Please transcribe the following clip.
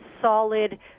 solid